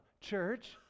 church